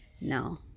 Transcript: no